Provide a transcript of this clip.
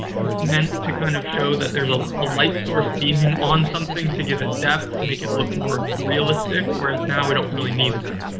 it's meant to kind of show that there's a ah light source beaming on something to give it depth to make it look more realistic, whereas now we don't really need that.